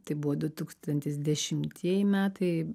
tai buvo du tūkstantis dešimtieji metai